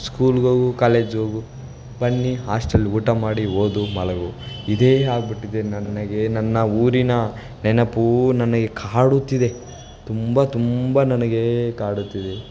ಸ್ಕೂಲಿಗ್ಹೋಗು ಕಾಲೇಜಿಗ್ಹೋಗು ಬನ್ನಿ ಆಸ್ಟೆಲ್ ಊಟ ಮಾಡಿ ಓದು ಮಲಗು ಇದೇ ಆಗಿಬಿಟ್ಟಿದೆ ನನಗೆ ನನ್ನ ಊರಿನ ನೆನಪೂ ನನಗೆ ಕಾಡುತ್ತಿದೆ ತುಂಬ ತುಂಬ ನನಗೇ ಕಾಡುತ್ತಿದೆ